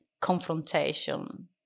confrontation